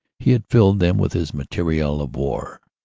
he had filled them with his material of war.